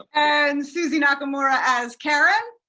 and suzy nakamura as karen.